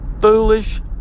foolish